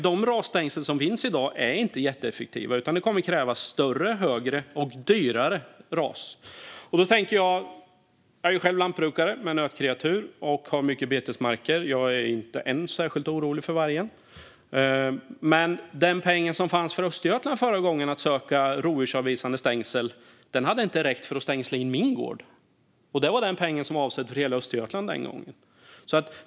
De RAS-stängsel som finns i dag är inte jätteeffektiva, utan det kommer att behövas större, högre och dyrare rovdjursavvisande stängsel. Jag är själv lantbrukare med nötkreatur och har mycket betesmarker. Jag är inte särskilt orolig för vargen än, men den peng som förra gången fanns för Östergötland att söka från för rovdjursavvisande stängsel hade inte räckt ens för att stängsla in min gård, och det var den peng som var avsedd för hela Östergötland.